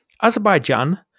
Azerbaijan